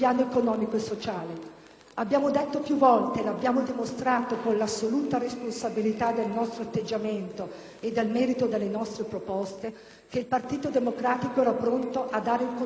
Abbiamo detto più volte, e l'abbiamo dimostrato con l'assoluta responsabilità del nostro atteggiamento e del merito delle nostre proposte, che il Partito Democratico era pronto a dare un contributo su questi temi.